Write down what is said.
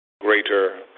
greater